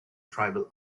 tribal